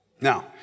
Now